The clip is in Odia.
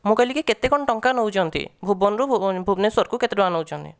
ମୁଁ କହିଲି କି କେତେ କଣ ଟଙ୍କା ନେଉଛନ୍ତି ଭୁବନରୁ ଭୁବନେଶ୍ୱରକୁ କେତେ ଟଙ୍କା ନେଉଛନ୍ତି